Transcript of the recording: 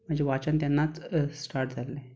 म्हजें वाचन तेन्नाच स्टार्ट जाल्लें